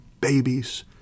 babies